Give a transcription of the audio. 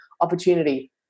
opportunity